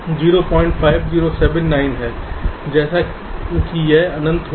जैसा कि यह अनंत को जाता है यह ठीक 05 होगा